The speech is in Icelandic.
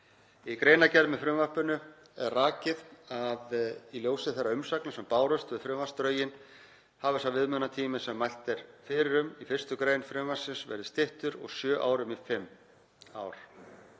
Í greinargerð með frumvarpinu er rakið að í ljósi þeirra umsagna sem bárust við frumvarpsdrögin hafi sá viðmiðunartími sem mælt er fyrir um í 1. gr. frumvarpsins verið styttur úr sjö árum í fimm ár.